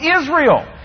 Israel